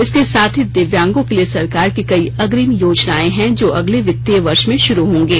इसके साथ ही दिव्यांगों के लिए सरकार की कई अग्रिम योजनाएं हैं जो अगले वित्तीय वर्ष में शुरू होंगे